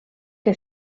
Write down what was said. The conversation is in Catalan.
que